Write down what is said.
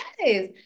yes